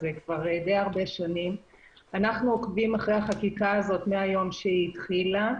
אנחנו עוקבים אחרי החקיקה הזאת מהיום שהיא התחילה.